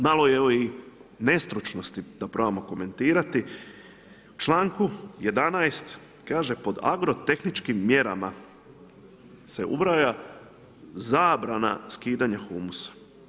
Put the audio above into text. Malo je i nestručnosti da probamo komentirati, u članku 11. kaže pod agrotehničkim mjerama se ubraja zabrana skidanja humusa.